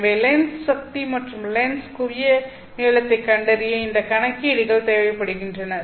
எனவே லென்ஸ் சக்தி மற்றும் லென்ஸ் குவிய நீளத்தைக் கண்டறிய இந்த கணக்கீடுகள் தேவைப்படுகின்றன